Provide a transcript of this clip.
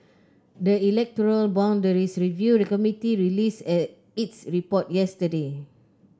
the electoral boundaries review committee released at its report yesterday